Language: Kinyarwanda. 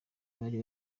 bari